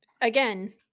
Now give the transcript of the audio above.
again